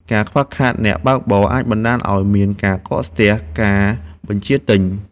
ការខ្វះខាតអ្នកបើកបរអាចបណ្ដាលឱ្យមានការកកស្ទះការបញ្ជាទិញ។